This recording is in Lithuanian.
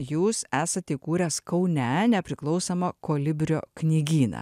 jūs esat įkūręs kaune nepriklausomą kolibrio knygyną